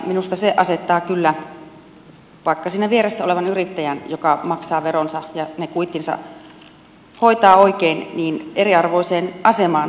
minusta se asettaa kyllä vaikka siinä vieressä olevan yrittäjän joka maksaa veronsa ja ne kuittinsa hoitaa oikein eriarvoiseen asemaan